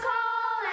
Call